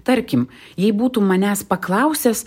tarkim jei būtum manęs paklausęs